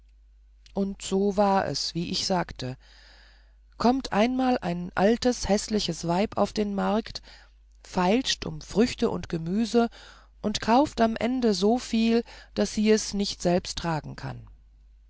und so war es wie ich sagte kommt einmal ein altes häßliches weib auf den markt feilscht um früchte und gemüse und kauft am ende so viel daß sie es nicht selbst tragen kann